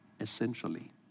essentially